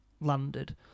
landed